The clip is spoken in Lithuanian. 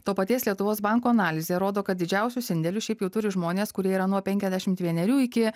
to paties lietuvos banko analizė rodo kad didžiausius indėlius šiaip jau turi žmonės kurie yra nuo penkiasdešimt vienerių iki